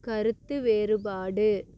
கருத்து வேறுபாடு